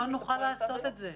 לא נוכל לעשות את זה.